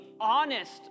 honest